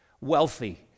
Wealthy